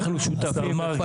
אנחנו שותפים.